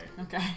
okay